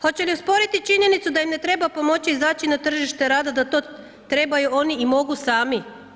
Hoće li osporiti činjenicu da im ne treba pomoći izaći na tržište rada da to trebaju oni i mogu sami?